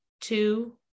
two